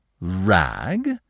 Rag